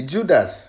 Judas